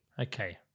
Okay